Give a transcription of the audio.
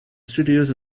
studios